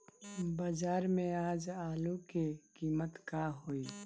बाजार में आज आलू के कीमत का होई?